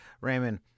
Raymond